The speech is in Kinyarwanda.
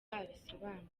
abisobanura